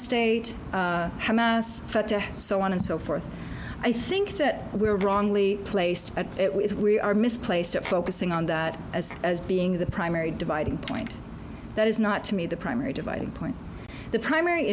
mass so on and so forth i think that we're wrongly placed at it we are misplaced at focusing on that as as being the primary dividing point that is not to me the primary dividing point the primary